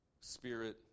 spirit